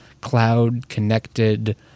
cloud-connected